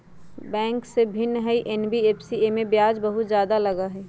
Bank से भिन्न हई एन.बी.एफ.सी इमे ब्याज बहुत ज्यादा लगहई?